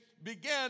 began